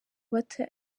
bata